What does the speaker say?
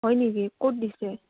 হয় নেকি ক'ত দিছে